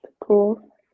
cool